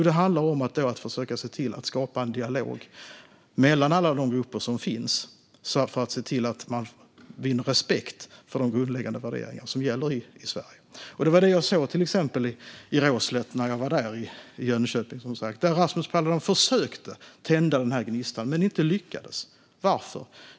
Det handlar om att försöka se till att skapa en dialog mellan alla grupper som finns för att se till att man vinner respekt för de grundläggande värderingar som gäller i Sverige. Det var det som jag till exempel såg när jag var i Råslätt i Jönköping där Rasmus Paludan försökte att tända den här gnistan men inte lyckades. Varför?